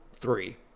three